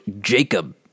Jacob